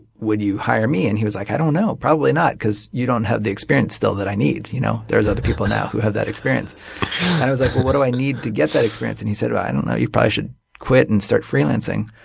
would you hire me? and he was like, i don't know, probably not because you don't have the experience still that i need. you know there's other people now who have that experience. and i was like, well, what do i need to get that experience? and he said, i don't know, you probably should quit and start freelancing.